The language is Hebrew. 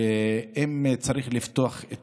שאם צריך לפתוח את